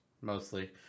mostly